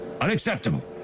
Unacceptable